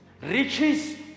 Riches